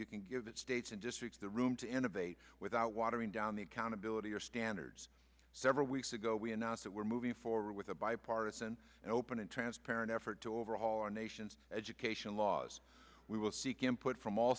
you can give the states and districts the room to innovate without watering down the accountability or standards several weeks ago we announced that we're moving forward with a bipartisan and open and transparent effort to overhaul our nation's education laws we will seek input from all